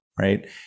right